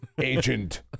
agent